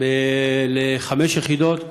לחמש יחידות,